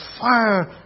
fire